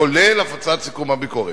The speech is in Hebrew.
כולל הפצת סיכום הביקורת.